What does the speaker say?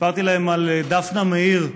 סיפרתי להם על דפנה מאיר,